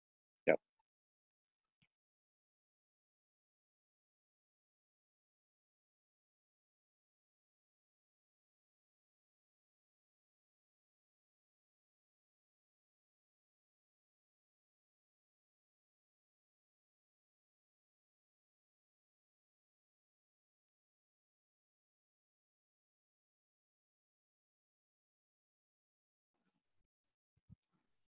yup